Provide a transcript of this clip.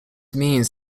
means